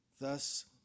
Thus